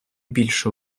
більше